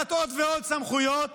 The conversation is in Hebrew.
לקחת עוד ועוד סמכויות